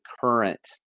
current